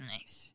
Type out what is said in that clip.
Nice